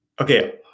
okay